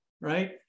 right